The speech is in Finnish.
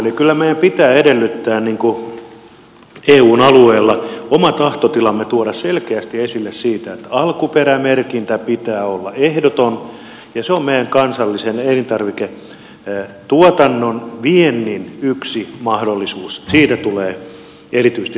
eli kyllä meidän pitää eun alueella tuoda selkeästi esille oma tahtotilamme siitä että alkuperämerkinnän pitää olla ehdoton ja se on meidän kansallisen elintarviketuotantomme viennin yksi mahdollisuus siitä tulee erityisesti pitää kiinni